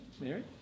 Mary